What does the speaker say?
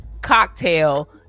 cocktail